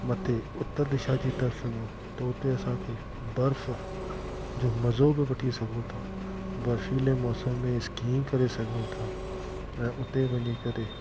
मथे उत्तर दिशा जी तर्फ़ु वञूं त उते असांखे बर्फ़ जो मज़ो बि वठी सघूं था बर्फीले मौसम में स्कींग करे सघूं था ऐं उते वञी करे